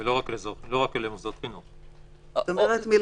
ולא רק למוסדות חינוך, כללי.